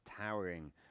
towering